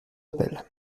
appel